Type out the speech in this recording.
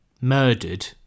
murdered